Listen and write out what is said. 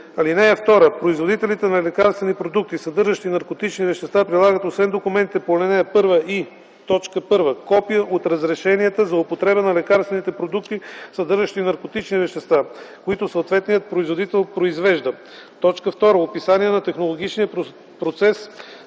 ал. 3. (2) Производителите на лекарствени продукти, съдържащи наркотични вещества, прилагат освен документите по ал. 1 и: 1. копие от разрешенията за употреба на лекарствените продукти, съдържащи наркотични вещества, които съответният производител произвежда; 2. описание на технологичния процес